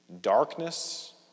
darkness